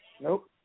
Nope